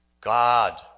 God